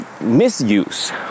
misuse